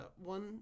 one